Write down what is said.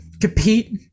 compete